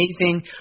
amazing